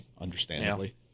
Understandably